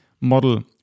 model